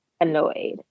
annoyed